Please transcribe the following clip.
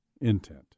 intent